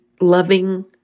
loving